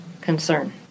concern